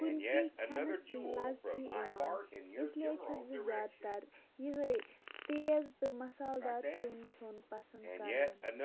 کُنہِ کینٛہہ کھیٚنَس کینٛہہ لَزتھٕے اِوان اِسلِیے چھس بہٕ زِیادٕ تر یِہٕے تیز تہٕ مَسالہٕ دار سِیُن کھیٚون پسنٛد کَران